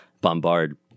bombard